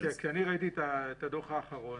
ראיתי את הדוח האחרון,